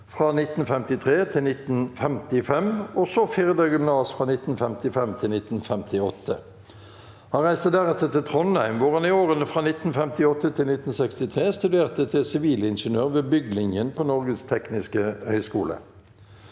fra 1953 til 1955, og så Firda gymnas fra 1955 til 1958. Han reiste deretter til Trond heim hvor han i årene fra 1958 til 1963 studerte til sivilingeniør ved bygglinjen på Norges tekniske høgskole.